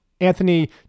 Anthony